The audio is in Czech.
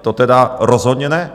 To teda rozhodně ne!